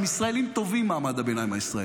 הם ישראלים טובים, מעמד הביניים הישראלי.